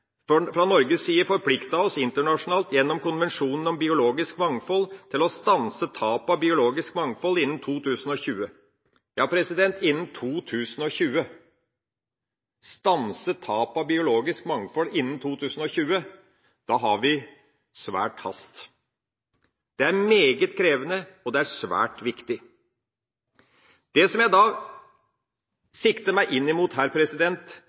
fra Norges side forpliktet oss internasjonalt, gjennom konvensjonen om biologisk mangfold, til å stanse tapet av biologisk mangfold innen 2020 – ja, innen 2020! Skal vi stanse tapet av biologisk mangfold innen 2020, har vi svær hast. Det er meget krevende, og det er svært viktig. Det jeg sikter meg inn